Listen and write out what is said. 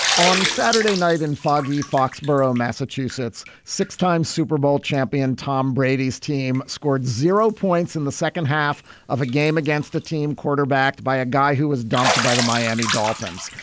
on saturday night in foggy, foxboro, massachusetts, six time super bowl champion tom brady's team scored zero points in the second half of a game against a team quarterbacked by a guy who was dumped by the miami dolphins.